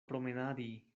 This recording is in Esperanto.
promenadi